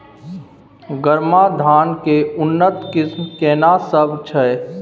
गरमा धान के उन्नत किस्म केना सब छै?